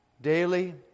Daily